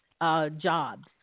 Jobs